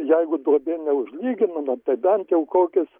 jeigu duobė neužlyginama tai bent kokius